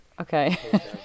Okay